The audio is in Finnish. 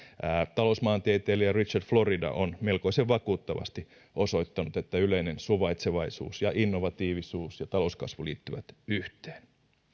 talousmaantieteilijä richard florida on melkoisen vakuuttavasti osoittanut että yleinen suvaitsevaisuus ja innovatiivisuus ja talouskasvu liittyvät yhteen